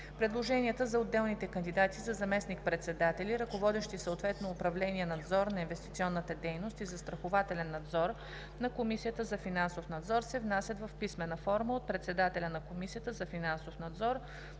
Предложенията за отделните кандидати за заместник-председатели, ръководещи съответно управления „Надзор на инвестиционната дейност“ и „Застрахователен надзор“ на Комисията за финансов надзор, се внасят в писмена форма от председателя на Комисията за финансов надзор